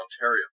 Ontario